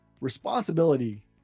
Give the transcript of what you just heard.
responsibility